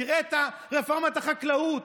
תראה את רפורמת החקלאות,